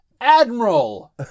admiral